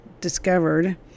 discovered